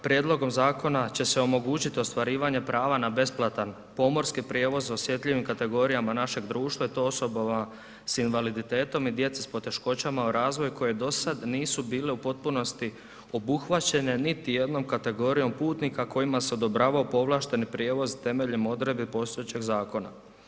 Prijedlogom zakona će se omogućiti ostvarivanje prava na besplatan pomorski prijevoz osjetljivim kategorijama našeg društva i to osobama sa invaliditetom i djeci s poteškoćama u razvoju koje do sad nisu bile u potpunosti obuhvaćene niti jednom kategorijom putnika kojima se odobravao povlašteni prijevoz temeljem odredbi postojećeg zakona.